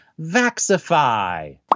Vaxify